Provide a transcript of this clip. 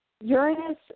Uranus